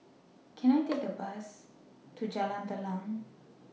Can I Take A Bus to Jalan Telang